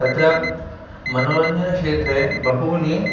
तत्र मनोरञ्जनक्षेत्रे बहूनि